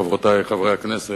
חברותי חברי הכנסת,